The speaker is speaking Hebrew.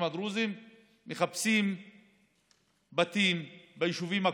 הדרוזיים מחפשים בתים ביישובים הקרובים,